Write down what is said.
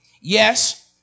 yes